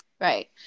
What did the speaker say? Right